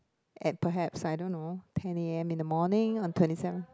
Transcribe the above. at perhaps I don't know ten am in the morning on twenty seven